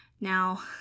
Now